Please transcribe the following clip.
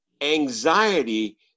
Anxiety